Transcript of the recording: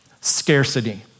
scarcity